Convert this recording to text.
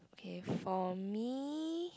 okay for me